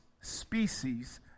species